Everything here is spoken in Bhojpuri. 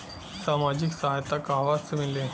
सामाजिक सहायता कहवा से मिली?